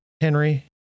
Henry